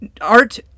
art